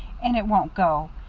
and it won't go,